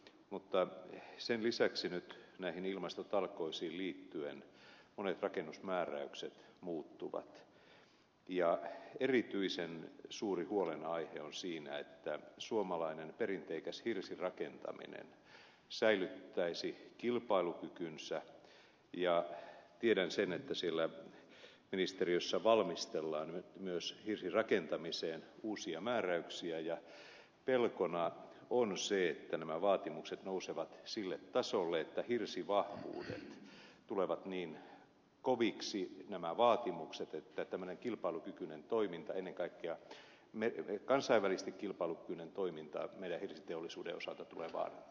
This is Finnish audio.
mutta sen lisäksi nyt näihin ilmastotalkoisiin liittyen monet rakennusmääräykset muuttuvat ja erityisen suuri huolenaihe on siinä että suomalainen perinteikäs hirsirakentaminen säilyttäisi kilpailukykynsä ja tiedän sen että ministeriössä valmistellaan nyt myös hirsirakentamiseen uusia määräyksiä ja pelkona on se että nämä vaatimukset nousevat sille tasolle että kirsi hirsivahvuuksista tulevat niin koviksi että tämmönen kilpailukykyinen toiminta ennen kaikkea mervi kansainvälisesti kilpailukykyinen toiminta meidän hirsiteollisuutemme osalta tulee vaarantumaan